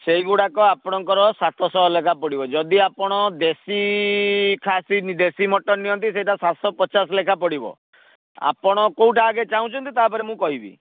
ସେଇଗୁଡ଼ାକ ଆପଣଙ୍କର ସାତଶହ ଲେଖାଏଁ ପଡ଼ିବ ଯଦି ଆପଣ ଦେଶୀ ଖାସି ଦେଶୀ ମଟନ୍ ନିଅନ୍ତି ସେଇଟା ସାତଶହ ପଚାଶ ଲେଖାଏଁ ପଡ଼ିବ ଆପଣ କେଉଁଟା ଆଗେ ଚାହୁଁଛନ୍ତି ତାପରେ ମୁଁ କହିବି